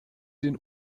den